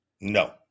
no